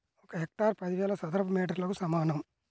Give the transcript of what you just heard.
ఒక హెక్టారు పదివేల చదరపు మీటర్లకు సమానం